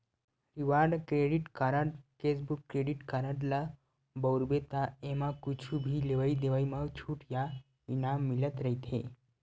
reward credit card, cashback credit card ल बउरबे त एमा कुछु भी लेवइ देवइ म छूट या इनाम मिलत रहिथे